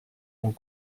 ont